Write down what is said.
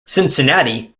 cincinnati